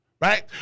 right